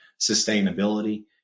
sustainability